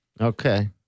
Okay